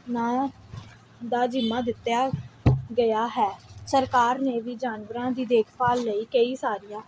ਨਾ ਦਾ ਜਿੰਮਾ ਦਿੱਤਾ ਗਿਆ ਹੈ ਸਰਕਾਰ ਨੇ ਵੀ ਜਾਨਵਰਾਂ ਦੀ ਦੇਖਭਾਲ ਲਈ ਕਈ ਸਾਰੀਆਂ